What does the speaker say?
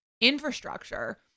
infrastructure